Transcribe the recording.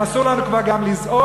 אסור לנו כבר גם לזעוק?